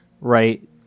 right